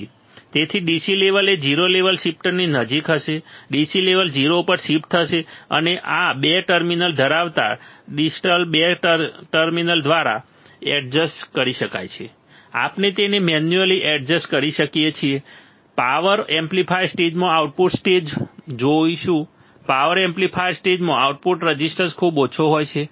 તેથી DC level એ 0 level શિફ્ટરની નજીક હશે DC લેવલ 0 ઉપર શિફ્ટ થશે અને આને 2 ટર્મિનલ ધરાવતા ડિસ્ટલ 2 ટર્મિનલ દ્વારા એડજસ્ટ કરી શકાય છે આપણે તેને મેન્યુઅલી એડજસ્ટ કરી શકીએ છીએ પાવર એમ્પ્લીફાયર સ્ટેજમાં આઉટપુટ સ્ટેજ જોઈશું પાવર એમ્પ્લીફાયર સ્ટેજમાં આઉટપુટ રેઝિસ્ટન્સ ખૂબ ઓછો હોય છે